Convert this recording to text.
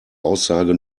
aussage